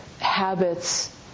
habits